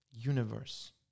universe